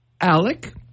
Alec